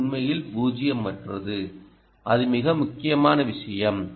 இது உண்மையில் பூஜ்ஜியமற்றது அது மிக முக்கியமான விஷயம்